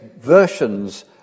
versions